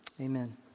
Amen